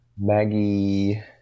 Maggie